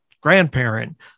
grandparent